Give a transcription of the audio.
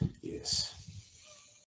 yes